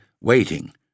waiting